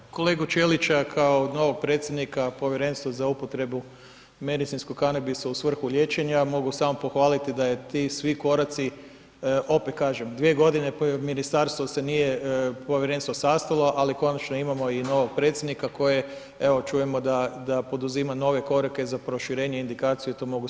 Evo, kolegu Ćelića kao novog predsjednika Povjerenstva za upotrebu medicinskog kanabisa u svrhu liječenja mogu samo pohvaliti da je svi ti koraci, opet kažem 2 godine ministarstvo se nije povjerenstvo sastalo, ali konačno imamo i novog predsjednika koji evo čujemo da, da poduzima nove korake za proširenje indikaciju, to mogu samo pohvalit.